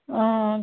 ও